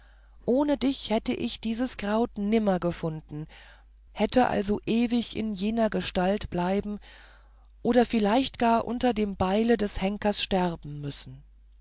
ohne dich hätte ich dieses kraut nimmer gefunden hätte also ewig in jener gestalt bleiben oder vielleicht gar unter dem beile des henkers sterben müssen